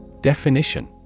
Definition